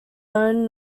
own